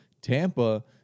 Tampa